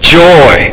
joy